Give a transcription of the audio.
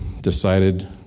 decided